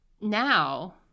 now